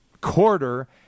quarter